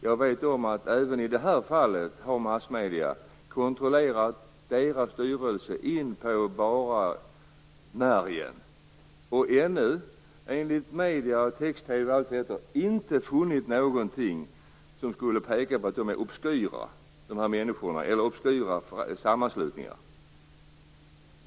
Jag vet att massmedier även i detta fall har kontrollerat denna förenings styrelse in på bara märgen. Men ännu har man inte, enligt medier, funnit något som skulle peka på att denna sammanslutning är obskyr.